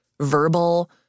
verbal